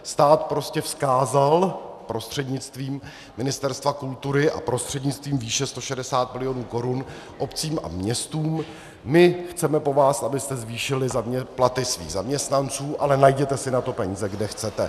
Stát prostě vzkázal, prostřednictvím Ministerstva kultury a prostřednictvím výše 160 mil. Korun, obcím a městům: my po vás chceme, abyste zvýšily platy svých zaměstnanců, ale najděte si na to peníze, kde chcete.